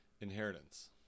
Inheritance